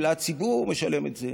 אלא הציבור משלם את זה,